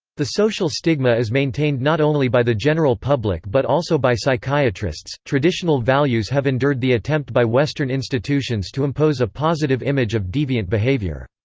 the social stigma is maintained not only by the general public but also by psychiatrists traditional values have endured the attempt by western institutions to impose a positive image of deviant behavior.